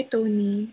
Tony